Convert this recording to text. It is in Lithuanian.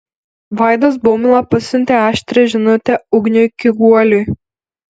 vaidas baumila pasiuntė aštrią žinutę ugniui kiguoliui